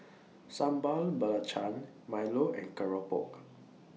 Sambal Belacan Milo and Keropok